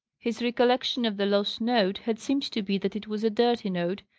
his recollection of the lost note had seemed to be that it was a dirty note,